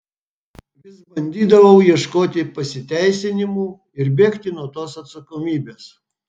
vis bandydavau ieškoti pasiteisinimų ir bėgti nuo tos atsakomybės